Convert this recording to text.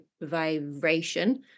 vibration